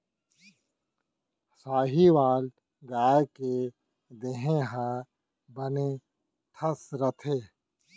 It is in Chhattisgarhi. साहीवाल गाय के देहे ह बने ठस रथे